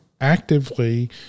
actively